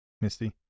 Misty